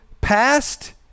past